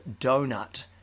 donut